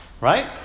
Right